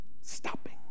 stopping